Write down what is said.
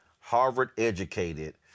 Harvard-educated